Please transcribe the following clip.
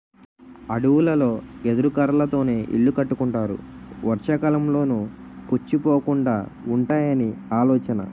అడవులలో ఎదురు కర్రలతోనే ఇల్లు కట్టుకుంటారు వర్షాకాలంలోనూ పుచ్చిపోకుండా వుంటాయని ఆలోచన